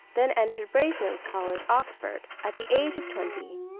then entered brasenose college, oxford, at the age of twenty.